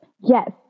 Yes